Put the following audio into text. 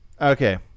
Okay